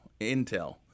Intel